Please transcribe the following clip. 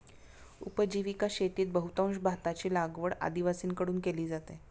उपजीविका शेतीत बहुतांश भाताची लागवड आदिवासींकडून केली जाते